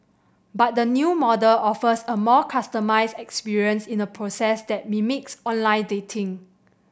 but the new model offers a more customised experience in a process that mimics online dating